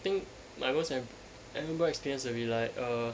I think my most and memorable experience will be like err